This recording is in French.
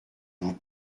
vous